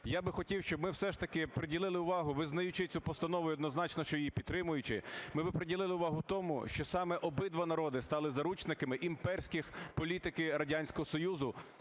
я би хотів, щоб ми все ж таки приділили увагу, визнаючи цю постанову і, однозначно, що її підтримуючи, ми би приділили увагу тому, що саме обидва народи стали заручниками імперської політики Радянського Союзу,